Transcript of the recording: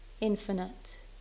infinite